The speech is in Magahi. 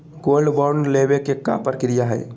गोल्ड बॉन्ड लेवे के का प्रक्रिया हई?